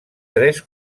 tres